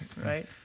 right